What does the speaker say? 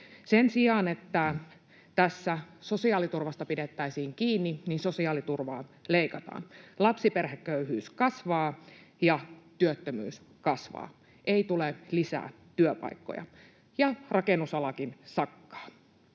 Sen sijaan, että tässä sosiaaliturvasta pidettäisiin kiinni, sosiaaliturvaa leikataan. Lapsiperheköyhyys kasvaa, työttömyys kasvaa, ei tule lisää työpaikkoja ja rakennusalakin sakkaa.